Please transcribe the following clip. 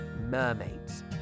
Mermaids